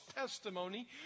testimony